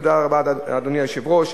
תודה רבה, אדוני היושב-ראש.